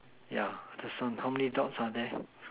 yeah this one how many dots are there